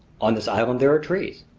on this island there are trees.